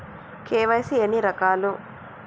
KYC ఎన్ని రకాలు?